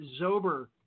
Zober